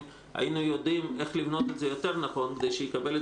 היינו יודעים איך לבנות את זה נכון יותר כדי שיקבל את